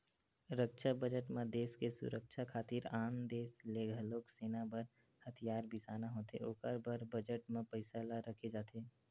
रक्छा बजट म देस के सुरक्छा खातिर आन देस ले घलोक सेना बर हथियार बिसाना होथे ओखर बर बजट म पइसा ल रखे जाथे